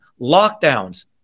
Lockdowns